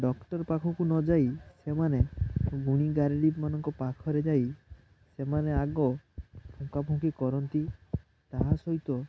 doctor ପାଖକୁ ନଯାଇ ସେମାନେ ଗୁଣିଗାରେଡ଼ିମାନଙ୍କ ପାଖରେ ଯାଇ ସେମାନେ ଆଗ ଫୁଙ୍କାଫୁଙ୍କି କରନ୍ତି ତାହା ସହିତ